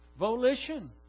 volition